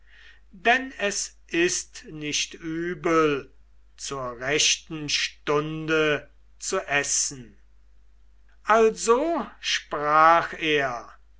denn es ist nicht übel zur rechten stunde zu essen also sprach er